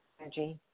energy